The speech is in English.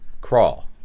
Crawl